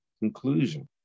conclusion